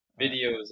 videos